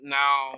now